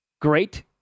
great